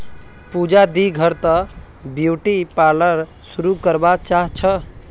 पूजा दी घर त ब्यूटी पार्लर शुरू करवा चाह छ